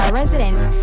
residents